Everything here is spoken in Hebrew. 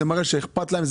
זה מראה שאכפת להם,